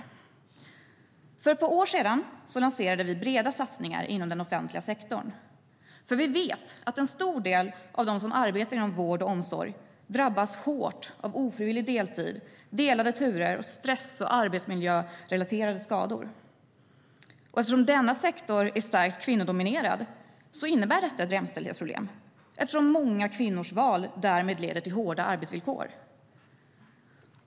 För ett par år sedan lanserade vi breda satsningar inom den offentliga sektorn eftersom vi vet att en stor del av dem som arbetar inom vård och omsorg drabbas hårt av ofrivillig deltid, delade turer, stress och arbetsmiljörelaterade skador. Eftersom denna sektor är starkt kvinnodominerad innebär detta ett jämställdhetsproblem, då många kvinnors val därmed leder till hårda arbetsvillkor.